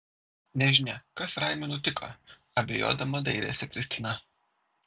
nežinia kas raimiui nutiko abejodama dairėsi kristina